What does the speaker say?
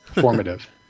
Formative